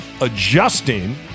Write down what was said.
adjusting